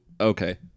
Okay